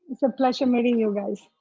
it's a pleasure meeting you guys.